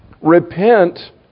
repent